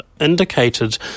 indicated